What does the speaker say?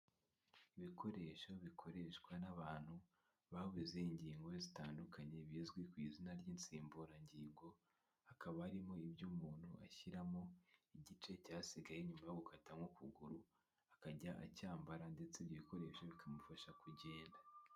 Ibikoresho bikoreshwa n'abantu babuze ingingo zitandukanye bizwi ku izina ry'insimburangingo hakaba harimo ibyo umuntu ashyiramo igice cyasigaye nyuma yo gukata mo ukuguru akajya acyambara ndetse n'ibikoresho bikamufasha kugenda.